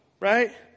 right